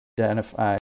identify